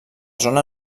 zona